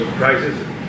prices